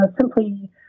simply